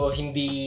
hindi